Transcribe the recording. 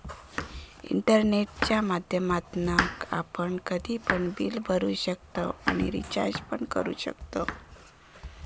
इंटरनेटच्या माध्यमातना आपण कधी पण बिल भरू शकताव आणि रिचार्ज पण करू शकताव